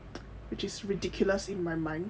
which is ridiculous in my mind